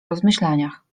rozmyślaniach